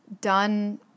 done